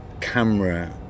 camera